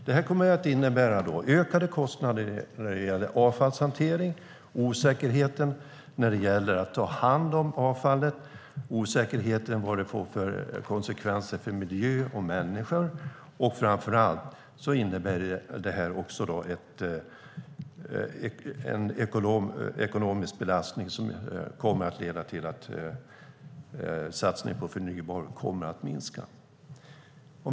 Det kommer att innebära ökade kostnader när det gäller avfallshantering, osäkerhet när det gäller att ta hand om avfallet och osäkerhet när det gäller konsekvenser för miljö och människor. Framför allt innebär det en ekonomisk belastning som kommer att leda till att satsningen på förnybar energi minskar.